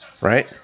right